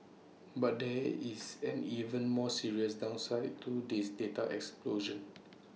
but there is an even more serious downside to this data explosion